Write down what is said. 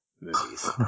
movies